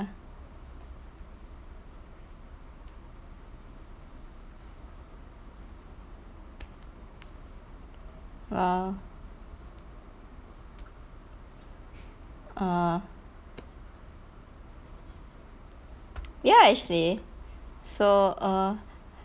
!wow! err ya actually so err